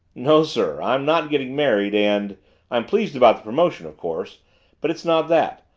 no, sir i'm not getting married and i'm pleased about the promotion, of course but it's not that.